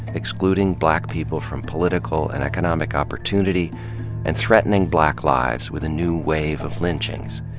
excluding black people from political and economic opportunity and threatening black lives with a new wave of lynchings.